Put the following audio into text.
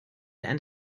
and